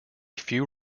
few